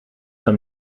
van